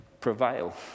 prevail